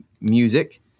music